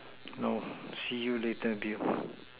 no see you later dude